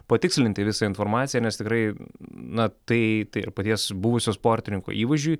patikslinti visą informaciją nes tikrai na tai ir paties buvusio sportininko įvaizdžiui